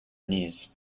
knees